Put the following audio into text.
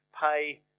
pay